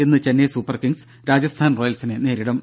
ഇന്ന് Chennai super kings Rajasthan റോയൽസിനെ നേരിടും